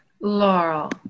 Laurel